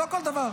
לא כל דבר.